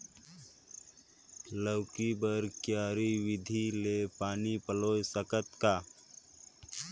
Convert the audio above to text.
लौकी बर क्यारी विधि ले पानी पलोय सकत का?